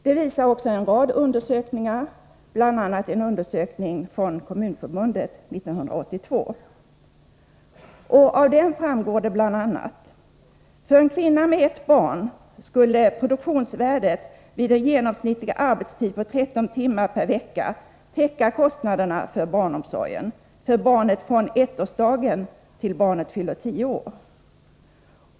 Detta visar en rad undersökningar, bl.a. en undersökning av Kommunförbundet 1982. Av den framgår bl.a. följande. För en kvinna med ett barn skulle produktionsvärdet vid en genomsnittlig arbetstid på 13 timmar per vecka täcka kostnaderna för barnomsorgen för barnet från 1-årsdagen tills barnet fyller 10 år.